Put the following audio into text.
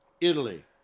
Italy